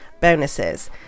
bonuses